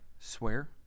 Swear